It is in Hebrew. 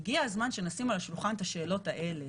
הגיע הזמן שנשים על השולחן את השאלות האלה,